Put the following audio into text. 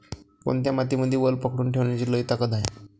कोनत्या मातीमंदी वल पकडून ठेवण्याची लई ताकद हाये?